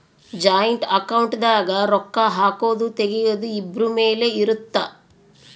joint account ದಾಗ ರೊಕ್ಕ ಹಾಕೊದು ತೆಗಿಯೊದು ಇಬ್ರು ಮೇಲೆ ಇರುತ್ತ